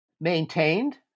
maintained